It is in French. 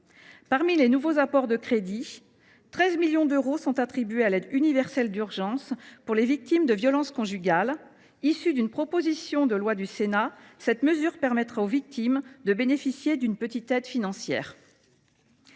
Parmi les nouveaux apports de crédits, 13 millions d’euros sont attribués à l’aide universelle d’urgence pour les victimes de violences conjugales. Issue d’une proposition de loi du Sénat, cette mesure permettra aux victimes de bénéficier d’une petite aide financière.